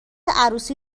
عروسی